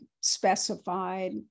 specified